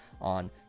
on